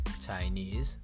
Chinese